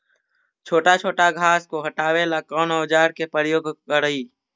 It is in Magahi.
छोटा छोटा घास को हटाबे ला कौन औजार के प्रयोग करि?